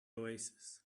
oasis